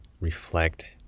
reflect